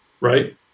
right